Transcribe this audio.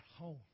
home